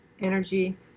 energy